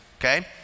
okay